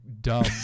dumb